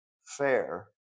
fair